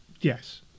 Yes